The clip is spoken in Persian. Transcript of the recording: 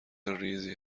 ریزی